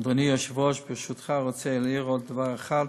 אדוני היושב-ראש, ברשותך, רוצה להעיר עוד דבר אחד: